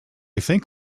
think